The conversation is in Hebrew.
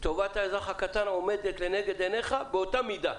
טובת האזרח הקטן עומדת לנגד עיניך באותה מידה.